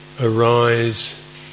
arise